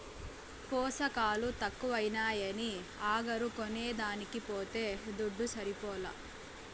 పోసకాలు తక్కువైనాయని అగరు కొనేదానికి పోతే దుడ్డు సరిపోలా